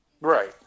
right